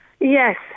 Yes